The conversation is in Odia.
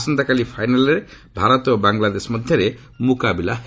ଆସନ୍ତାକାଲି ଫାଇନାଲ୍ରେ ଭାରତ ଓ ବାଂଲାଦେଶ ମଧ୍ୟରେ ମୁକାବିଲା ହେବ